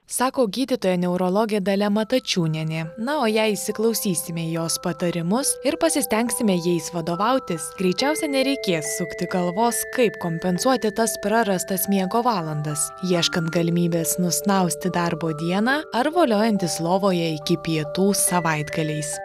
sako gydytoja neurologė dalia matačiūnienė na o jei įsiklausysime į jos patarimus ir pasistengsime jais vadovautis greičiausia nereikės sukti galvos kaip kompensuoti tas prarastas miego valandas ieškant galimybės nusnausti darbo dieną ar voliojantis lovoje iki pietų savaitgaliais